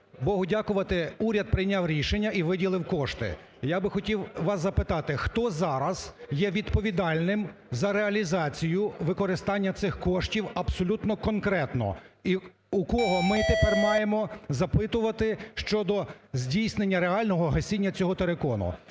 Богу дякувати, уряд прийняв рішення і виділив кошти. Я би хотів вас запитати: хто зараз є відповідальним за реалізацію використання цих коштів абсолютно конкретно? І у кого ми тепер маємо запитувати щодо здійснення реального гасіння цього терикону?